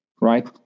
right